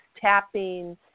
tapping